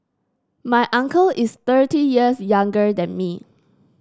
my uncle is thirty years younger than me